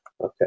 Okay